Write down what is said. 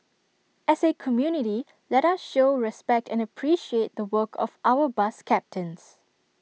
as A community let us show respect and appreciate the work of our bus captains